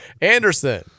Anderson